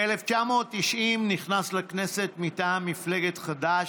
ב-1990 נכנס לכנסת מטעם מפלגת חד"ש,